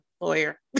lawyer